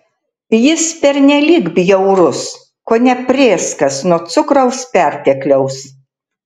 jis pernelyg bjaurus kone prėskas nuo cukraus pertekliaus